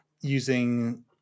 using